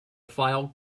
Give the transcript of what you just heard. file